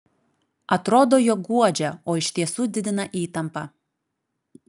atrodo jog guodžia o iš tiesų didina įtampą